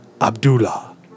Abdullah